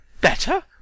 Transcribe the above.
Better